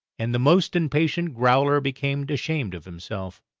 and the most impatient growler became ashamed of himself.